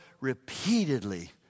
repeatedly